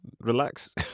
Relax